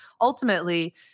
ultimately